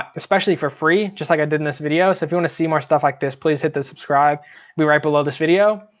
especially for free, just like i did in this video. so if you want to see more stuff like this, please hit the subscribe right below this video.